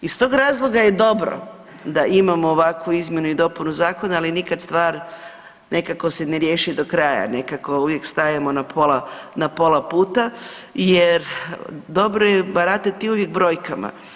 Iz tog razloga je dobro da imamo ovakvu izmjenu i dopunu zakona, ali nikad stvar nekako se ne riješi do kraja, nekako uvijek stajemo na pola puta jer dobro je baratati uvijek brojaka.